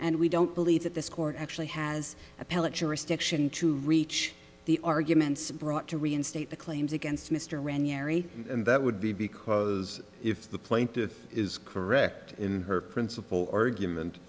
and we don't believe that this court actually has appellate jurisdiction to reach the arguments brought to reinstate the claims against mr ranieri and that would be because if the plaintiff is correct in her principal argument